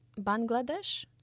Bangladesh